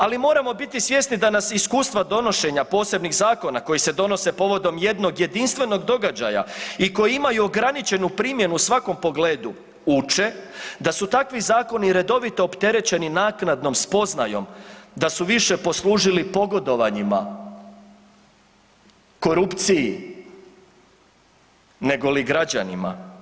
Ali moramo biti svjesni da nas iskustva donošenja posebnih zakona koji se donose povodom jednog jedinstvenog događaja i koji imaju ograničenu primjenu u svakom pogledu uče da su takvi zakoni redovito opterećeni naknadnom spoznajom da su više poslužili pogodovanjima, korupciji negoli građanima.